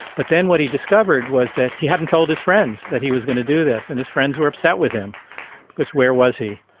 but then what he discovered was that he hadn't told his friends that he was going to do this and his friends were upset with him because where was he?